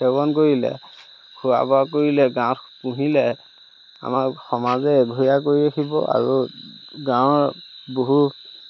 সেৱন কৰিলে খোৱা বোৱা কৰিলে গাঁৱত পুহিলে আমাক সমাজে এঘৰীয়া কৰি ৰাখিব আৰু গাঁৱৰ বহু